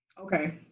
Okay